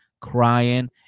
crying